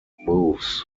moves